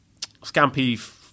Scampi